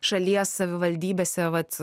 šalies savivaldybėse vat